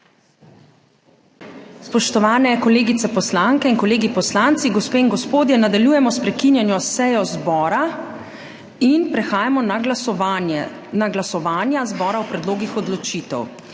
Spoštovane kolegice poslanke in kolegi poslanci, gospe in gospodje! Nadaljujemo s prekinjeno sejo zbora in prehajamo na glasovanja zbora o predlogih odločitev.